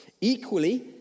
equally